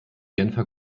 genfer